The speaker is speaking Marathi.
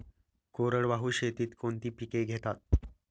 कोरडवाहू शेतीत कोणती पिके घेतात?